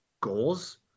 goals